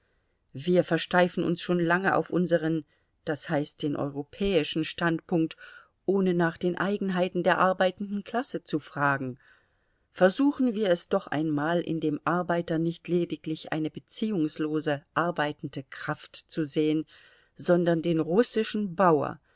wir versteifen uns schon lange auf unseren das heißt den europäischen standpunkt ohne nach den eigenheiten der arbeitenden klasse zu fragen versuchen wir es doch einmal in dem arbeiter nicht lediglich eine beziehungslose arbeitende kraft zu sehen sondern den russischen bauer